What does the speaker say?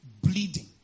Bleeding